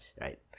right